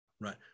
Right